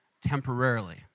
temporarily